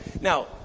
Now